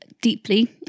deeply